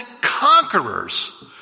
conquerors